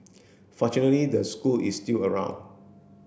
fortunately the school is still around